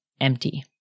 empty